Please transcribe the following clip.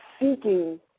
seeking